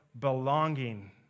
belonging